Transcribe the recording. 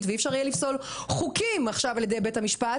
ואי אפשר יהיה לפסול חוקים עכשיו על ידי בית המשפט,